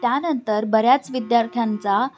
त्यानंतर बऱ्याच विद्यार्थ्यांचा